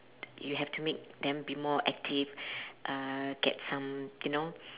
you have to make them be more active uh get some you know